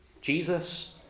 Jesus